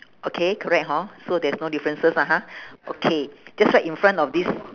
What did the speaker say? okay correct hor so there's no differences lah ha okay just right in front of this